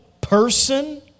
person